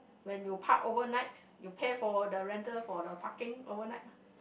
when you park overnight you pay for the rental for the parking overnight